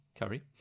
curry